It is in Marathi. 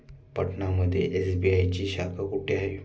पटना मध्ये एस.बी.आय ची शाखा कुठे आहे?